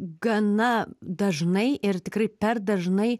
gana dažnai ir tikrai per dažnai